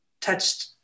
touched